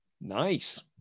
nice